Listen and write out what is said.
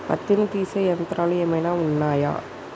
పత్తిని తీసే యంత్రాలు ఏమైనా ఉన్నయా?